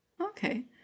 Okay